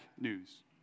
news